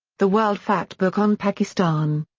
the world factbook on pakistan.